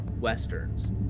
Westerns